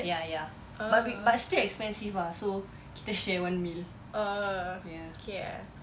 ya ya but it but still expensive ah so kita share one meal ya